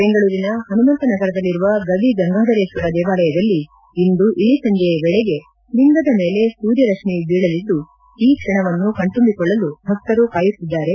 ಬೆಂಗಳೂರಿನ ಹನುಮಂತ ನಗರದಲ್ಲಿರುವ ಗವಿಗಂಗಾಧರೇಶ್ವರ ದೇವಾಲಯದಲ್ಲಿ ಇಂದು ಇಳಿ ಸಂಜೆಯ ವೇಳೆಗೆ ಲಿಂಗದ ಮೇಲೆ ಸೂರ್ಯ ರತ್ಮಿ ಬೀಳಲಿದ್ದು ಈ ಕ್ಷಣವನ್ನು ಕಣ್ತುಂಬಿಕೊಳ್ಳಲು ಭಕ್ತರು ಕಾಯುತ್ತಿದ್ದಾರೆ